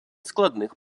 складних